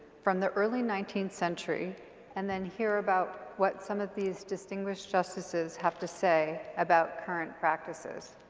from the early nineteenth century and then hear about what some of these distinguished justices have to say about current practices.